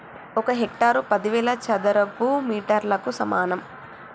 ఒక హెక్టారు పదివేల చదరపు మీటర్లకు సమానం